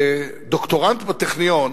כדוקטורנט בטכניון